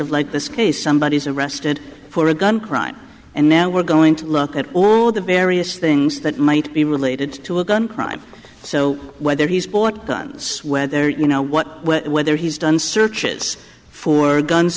of like this case somebody is arrested for a gun crime and now we're going to look at all the various things that might be related to a gun crime so whether he's bought guns when they're you know what whether he's done searches for gun